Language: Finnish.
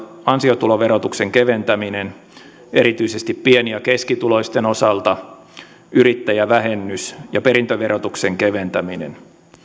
ansiotuloverotuksen keventäminen erityisesti pieni ja keskituloisten osalta yrittäjävähennys ja perintöverotuksen keventäminen